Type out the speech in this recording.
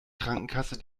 krankenkasse